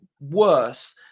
worse